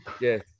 Yes